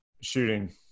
shooting